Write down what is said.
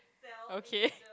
okay